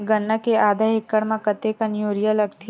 गन्ना के आधा एकड़ म कतेकन यूरिया लगथे?